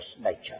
nature